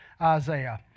Isaiah